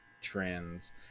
trends